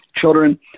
children